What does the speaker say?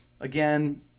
Again